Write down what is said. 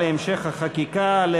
התשע"ג 2013,